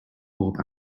bob